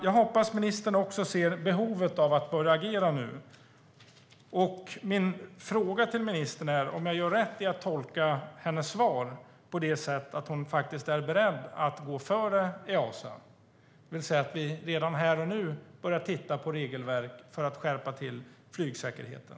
Jag hoppas att ministern ser behovet av att börja agera nu. Min fråga till ministern är om jag gör rätt i att tolka hennes svar på det sättet att hon är beredd att gå före Easa, så att vi redan här och nu börjar titta på regelverk för att skärpa flygsäkerheten.